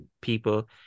people